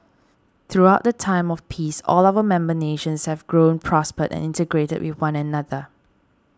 throughout the time of peace all our member nations have grown prospered and integrated with one another